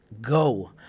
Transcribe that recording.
go